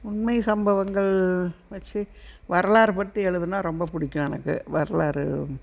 உண்மை சம்பவங்கள் வெச்சு வரலாறு பற்றி எழுதினா ரொம்ப பிடிக்கும் எனக்கு வரலாறு